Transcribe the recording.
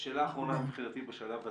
שאלה אחרונה מבחינתי בשלב הזה.